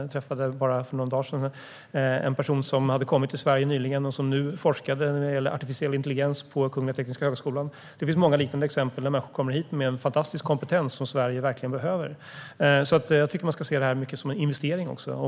Jag träffade bara för några dagar sedan en person som nyligen kommit till Sverige och som nu forskar om artificiell intelligens på Kungliga Tekniska högskolan. Det finns många liknande exempel på att människor kommer hit med en fantastisk kompetens som Sverige verkligen behöver. Jag tycker att man ska se det här mycket som en investering också.